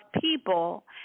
people